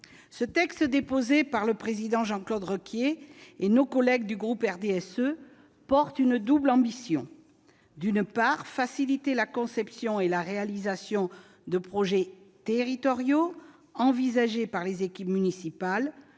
Le texte déposé par M. Jean-Claude Requier et nos collègues du groupe du RDSE porte l'empreinte d'une double ambition : d'une part, faciliter la conception et la réalisation des projets territoriaux envisagés par les équipes municipales,